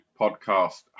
podcast